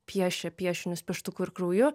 piešė piešinius pieštuku ir krauju